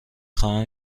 خواهم